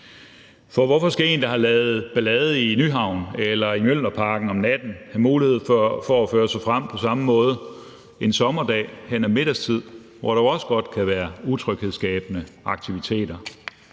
For hvorfor skal en, der har lavet ballade i Nyhavn eller i Mjølnerparken om natten, have mulighed for at føre sig frem på samme måde en sommerdag hen ad middagstid, hvor der jo også godt kan være utryghedsskabende aktiviteter?